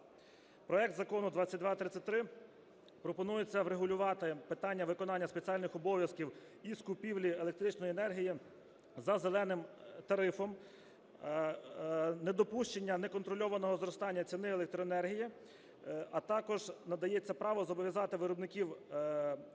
Проектом Закону 2233 пропонується врегулювати питання виконання спеціальних обов'язків із купівлі електричної енергії за "зеленим" тарифом, недопущення неконтрольованого зростання ціни електроенергії. А також надається право зобов'язати виробників електричної енергії